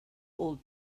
old